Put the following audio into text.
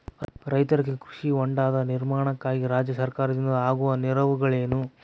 ರೈತರಿಗೆ ಕೃಷಿ ಹೊಂಡದ ನಿರ್ಮಾಣಕ್ಕಾಗಿ ರಾಜ್ಯ ಸರ್ಕಾರದಿಂದ ಆಗುವ ನೆರವುಗಳೇನು?